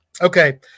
Okay